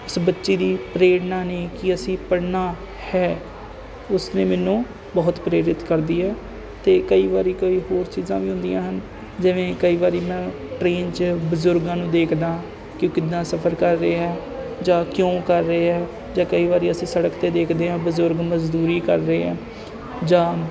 ਉਸ ਬੱਚੀ ਦੀ ਪ੍ਰੇਰਨਾ ਨੇ ਕਿ ਅਸੀਂ ਪੜ੍ਹਨਾ ਹੈ ਉਸਨੇ ਮੈਨੂੰ ਬਹੁਤ ਪ੍ਰੇਰਿਤ ਕਰਦੀ ਹੈ ਅਤੇ ਕਈ ਵਾਰ ਕਈ ਹੋਰ ਚੀਜ਼ਾਂ ਵੀ ਹੁੰਦੀਆਂ ਹਨ ਜਿਵੇਂ ਕਈ ਵਾਰ ਮੈਂ ਟ੍ਰੇਨ 'ਚ ਬਜ਼ੁਰਗਾਂ ਨੂੰ ਦੇਖਦਾ ਕਿ ਕਿੱਦਾਂ ਸਫ਼ਰ ਕਰ ਰਿਹਾ ਜਾਂ ਕਿਉਂ ਕਰ ਰਹੇ ਹੈ ਜਾਂ ਕਈ ਵਾਰ ਅਸੀਂ ਸੜਕ 'ਤੇ ਦੇਖਦੇ ਹਾਂ ਬਜ਼ੁਰਗ ਮਜ਼ਦੂਰੀ ਕਰ ਰਹੇ ਆ ਜਾਂ